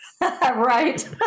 Right